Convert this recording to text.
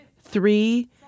three